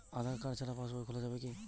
আধার card ছাড়া পাশবই খোলা যাবে কি?